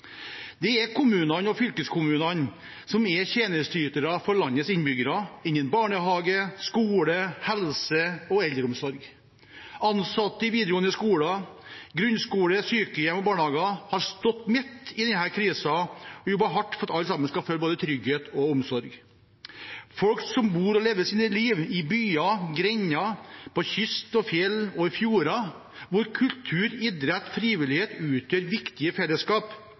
Det er kommunene og fylkeskommunene som er tjenesteytere for landets innbyggere innen barnehage, skole, helse og eldreomsorg. Ansatte i videregående skoler, grunnskoler, sykehjem og barnehager har stått midt i denne krisen og jobbet hardt for at alle skal føle både trygghet og omsorg – folk som bor og lever sine liv i byer, grender, på kyst og fjell og i fjorder, hvor kultur, idrett og frivillighet utgjør viktige fellesskap